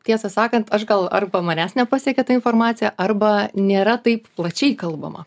tiesą sakant aš gal arba manęs nepasiekė ta informacija arba nėra taip plačiai kalbama